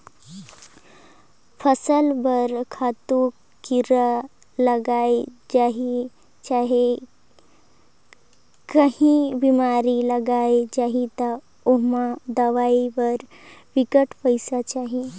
फसल बर खातू, कीरा लइग जाही चहे काहीं बेमारी लइग जाही ता ओम्हां दवई बर बिकट पइसा चाही